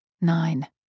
Nine